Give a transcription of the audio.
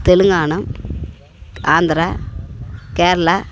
Telangana Andhra Kerala